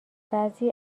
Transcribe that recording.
بعضی